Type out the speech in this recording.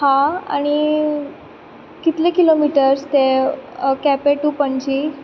आं आनी कितले किलोमिटर्स ते केपें टू पणजी